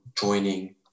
joining